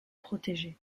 protégés